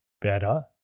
better